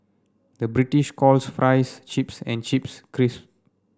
the British calls fries chips and chips crisp